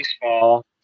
baseball